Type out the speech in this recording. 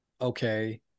okay